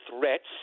threats